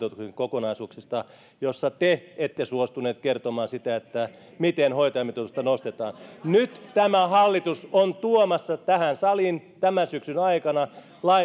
kokonaisuuksista vaalikeskustelut joissa te ette suostuneet kertomaan sitä miten hoitajamitoitusta nostetaan nyt tämä hallitus on tuomassa tähän saliin tämän syksyn aikana